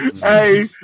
Hey